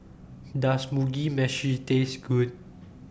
Does Mugi Meshi Taste Good